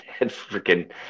freaking